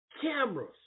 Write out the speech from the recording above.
cameras